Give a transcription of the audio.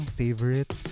favorite